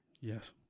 Yes